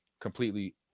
completely